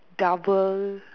double